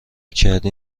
کردی